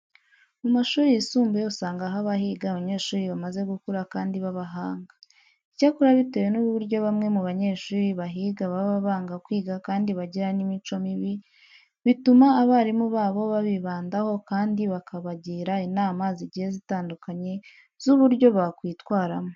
Mu mashuri yisumbuye usanga haba higa abanyeshuri bamaze gukura kandi b'abahanga. Icyakora bitewe n'uburyo bamwe mu banyeshuri bahiga baba banga kwiga kandi bagira n'imico mibi, bituma abarimu babo babibandaho kandi bakabagira inama zigiye zitandukanye z'uburyo bakwitwaramo.